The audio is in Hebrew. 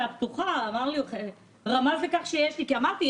הפתוחה רמז לכך שיש לי כי אמרתי,